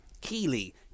Keely